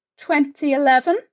2011